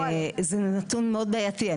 זה נתון מאוד בעייתי.